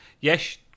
Yes